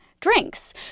drinks